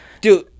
Dude